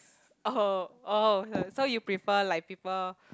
oh oh so so you prefer like people